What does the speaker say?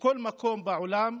בכל מקום בעולם,